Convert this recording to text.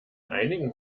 einigen